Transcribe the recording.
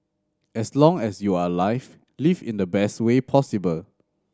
as long as you are alive live in the best way possible